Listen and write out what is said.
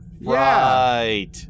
Right